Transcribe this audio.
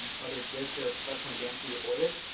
whether it's this or professionally dancing before this.